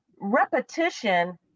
repetition